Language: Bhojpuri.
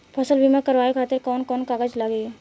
फसल बीमा करावे खातिर कवन कवन कागज लगी?